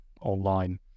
online